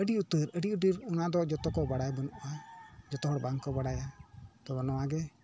ᱟ ᱰᱤ ᱩᱛᱟᱹᱨ ᱟ ᱰᱤ ᱰᱷᱮᱨ ᱚᱱᱟ ᱫᱚ ᱡᱚᱛᱚ ᱠᱚ ᱵᱟᱲᱟᱭ ᱵᱟ ᱱᱩᱜᱼᱟ ᱡᱚᱛᱚ ᱦᱟᱲ ᱵᱟᱝ ᱠᱚ ᱵᱟᱲᱟᱭᱟ ᱛᱚᱵᱮ ᱱᱚᱣᱟᱜᱮ